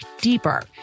deeper